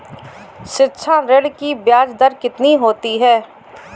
शिक्षा ऋण की ब्याज दर कितनी होती है?